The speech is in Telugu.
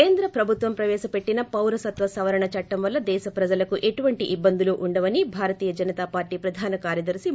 కేంద్ర ప్రభుత్వం ప్రవేశపెట్టిన పౌరసత్వ సవరణ చట్టం వల్ల దేశ ప్రజలకు ఎటువంటి ఇబ్బందులు ఉండవని భారతీయ జనతా పార్టీ ప్రధాన కార్యదర్పి పి